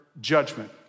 judgment